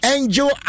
Angel